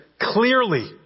clearly